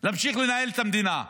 להמשיך לנהל את המדינה.